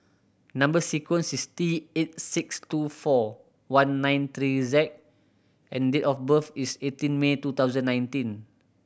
number sequence is T eight six two four one nine three Z and date of birth is eighteen May two thousand nineteen